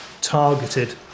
targeted